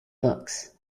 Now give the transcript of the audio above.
books